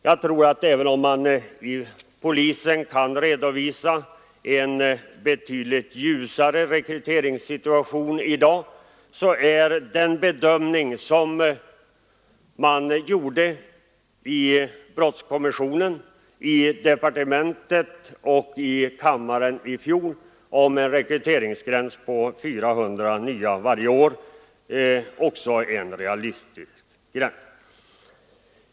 Jag tror att även om man vid polisen kan redovisa en positiv rekryteringssituation är den bedömning som gjordes i brottskommissionen, i departementet och i kammaren i fjol om en rekryteringsgräns på 400 nya tjänster varje år en realistisk gräns.